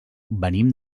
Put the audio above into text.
venim